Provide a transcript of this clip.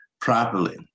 properly